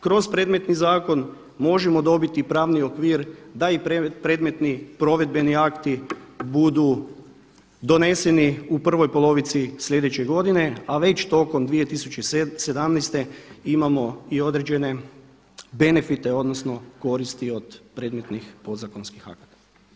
Kroz predmetni zakon možemo dobiti i pravni okvir da i predmetni provedbeni akti budu doneseni u prvoj polovici slijedeće godine a već tokom 2017. imamo i određene benefite odnosno koristi od predmetnih podzakonskih akata.